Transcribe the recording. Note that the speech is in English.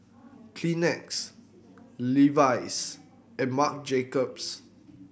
Kleenex Levi's and Marc Jacobs